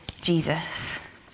Jesus